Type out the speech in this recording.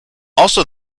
also